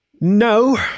No